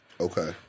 Okay